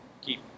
keep